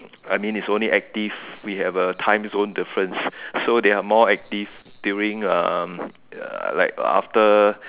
I mean it's only active we have a timezone difference so they are more active during like after